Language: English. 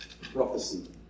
prophecy